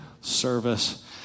service